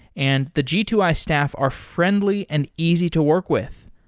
and the g two i staff are friendly and easy to work with.